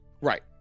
Right